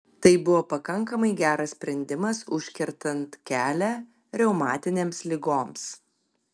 tai buvo pakankamai geras sprendimas užkertant kelią reumatinėms ligoms